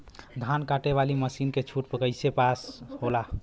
धान कांटेवाली मासिन के छूट कईसे पास होला?